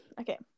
okay